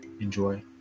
enjoy